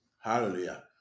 Hallelujah